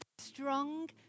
strong